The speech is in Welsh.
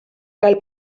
gael